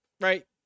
Right